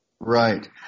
Right